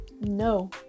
No